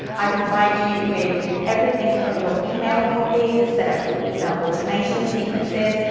i provide you with everything from your email copy to set up your email automation sequences,